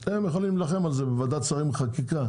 הם יכולים להילחם על זה בוועדת שרים לחקיקה,